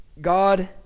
God